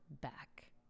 back